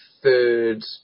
third